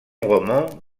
roman